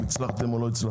אם הצלחתם או לא הצלחתם.